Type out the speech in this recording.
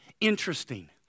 interesting